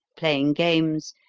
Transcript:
playing games,